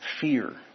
fear